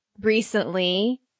recently